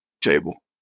table